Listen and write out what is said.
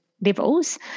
levels